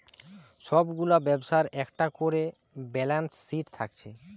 সব গুলা ব্যবসার একটা কোরে ব্যালান্স শিট থাকছে